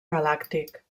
galàctic